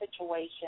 situation